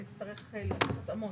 נצטרך לעשות התאמות.